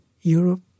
Europe